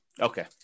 Okay